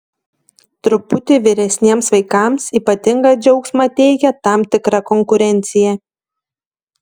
truputį vyresniems vaikams ypatingą džiaugsmą teikia tam tikra konkurencija